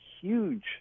huge